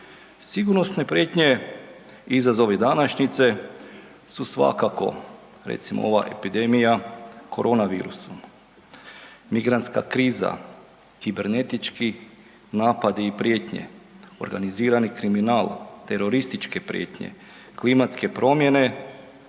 Sigurnosne prijetnje i izazovi današnjice su svakako recimo ova epidemija koronavirusom, migrantska kriza, kibernetički napadi i prijetnje, organizirani kriminal, terorističke prijetnje, klimatske promjene